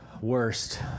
worst